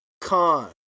con